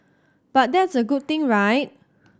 but that's a good thing right